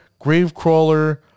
Gravecrawler